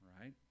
right